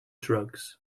drugs